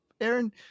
Aaron